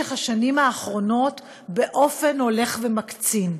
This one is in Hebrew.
בשנים האחרונות באופן הולך ומקצין.